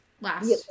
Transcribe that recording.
last